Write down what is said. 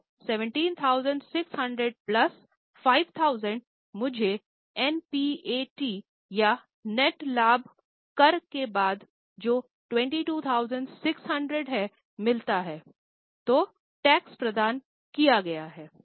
तो 17600 प्लस 5000 मुझे एनपीएटी या नेट लाभ कर के बाद जो 22600 है मिलता है तो टैक्स प्रदान किया गया हैं